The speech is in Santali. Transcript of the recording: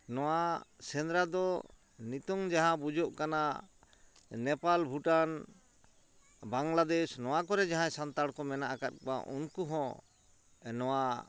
ᱱᱚᱣᱟ ᱥᱮᱸᱫᱽᱨᱟ ᱫᱚ ᱱᱤᱛᱚᱝ ᱡᱟᱦᱟᱸ ᱵᱩᱡᱚᱜ ᱠᱟᱱᱟ ᱱᱮᱯᱟᱞ ᱵᱷᱩᱴᱟᱱ ᱵᱟᱝᱞᱟᱫᱮᱥ ᱱᱚᱣᱟ ᱠᱚᱨᱮ ᱡᱟᱦᱟᱸᱭ ᱥᱟᱱᱛᱟᱲ ᱠᱚ ᱢᱮᱱᱟᱜ ᱟᱠᱟᱫ ᱠᱚᱣᱟ ᱩᱱᱠᱩ ᱦᱚᱸ ᱱᱚᱣᱟ